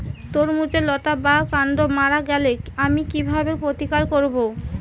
তরমুজের লতা বা কান্ড মারা গেলে আমি কীভাবে প্রতিকার করব?